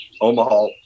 Omaha